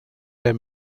der